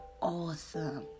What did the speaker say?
awesome